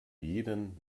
jeden